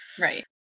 Right